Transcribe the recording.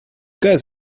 guys